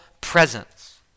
presence